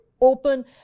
open